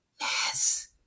yes